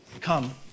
come